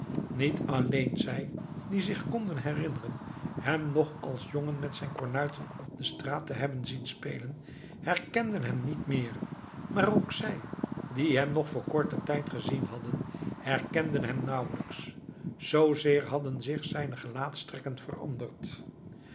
niet alleen zij die zich konden herinneren hem nog als jongen met zijn kornuiten op de straat te hebben zien spelen herkenden hem niet meer maar ook zij die hem nog voor korten tijd gezien hadden herkenden hem nauwelijks zoozeer hadden zich zijne gelaatstrekken veranderd